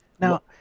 Now